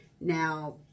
Now